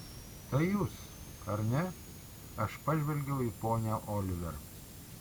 tai jūs ar ne aš pažvelgiau į ponią oliver